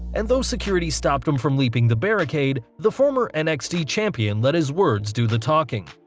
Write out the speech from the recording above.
and though security stopped him from leaping the barricade, the former nxt champion let his words do the talking.